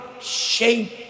shape